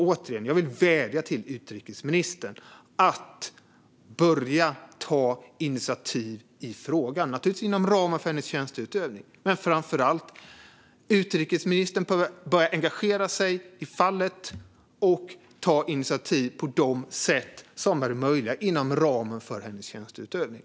Återigen vill jag vädja till utrikesministern att börja ta initiativ i frågan, naturligtvis inom ramen för hennes tjänsteutövning. Framför allt bör utrikesministern engagera sig i fallet och ta initiativ på de sätt som är möjliga inom ramen för hennes tjänsteutövning.